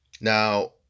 now